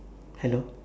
hello